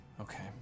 Okay